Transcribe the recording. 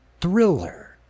Thriller